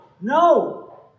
no